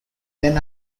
then